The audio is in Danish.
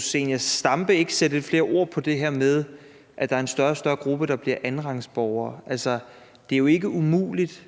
Zenia Stampe ikke sætte lidt flere ord på det her med, at der er en større og større gruppe, der bliver andenrangsborgere? Det er jo ikke umuligt